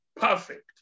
perfect